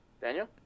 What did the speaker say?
Daniel